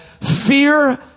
fear